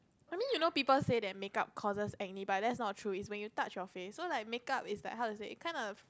I mean you know people say that makeup causes acne but that's not true is when you touch your face so like makeup is like how to say it kind of